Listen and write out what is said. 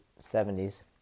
70s